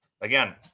Again